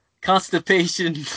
constipation